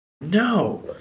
No